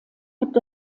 gibt